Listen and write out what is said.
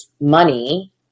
money